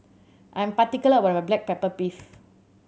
I am particular about my black pepper beef